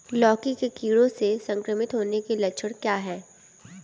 लौकी के कीड़ों से संक्रमित होने के लक्षण क्या हैं?